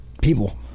people